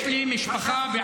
יש לך קרובים